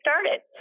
started